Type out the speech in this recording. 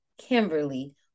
Kimberly